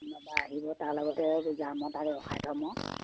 বাবা আহিব তাৰ লগতে যাম আৰু তাক ৰখাই থ'ম আৰু